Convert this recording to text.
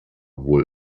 wohl